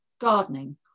gardening